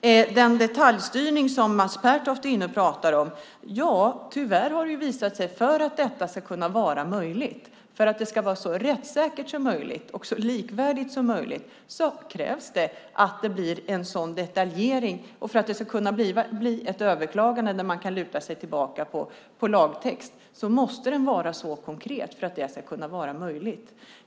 När det gäller den detaljstyrning som Mats Pertoft pratar om har det tyvärr visat sig att för att detta ska kunna vara möjligt, för att det ska vara så rättssäkert som möjligt och så likvärdigt som möjligt, krävs det att det blir en sådan detaljering. Och för att det ska kunna bli ett överklagande där man kan luta sig tillbaka på lagtext måste den vara så konkret för att det ska kunna vara möjligt.